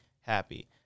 happy